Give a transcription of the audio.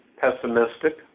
pessimistic